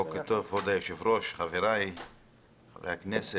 בוקר טוב, כבוד היושב-ראש וחבריי חברי הכנסת.